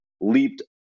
leaped